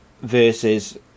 versus